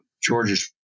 George's